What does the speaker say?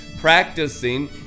practicing